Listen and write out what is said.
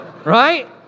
right